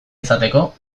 izateko